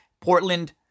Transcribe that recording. Portland